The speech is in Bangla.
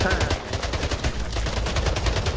হ্যাঁ হ্যাঁ হ্যাঁ ইনকাম ট্যাক্স ফাইল আছে হুম